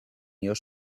your